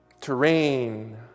terrain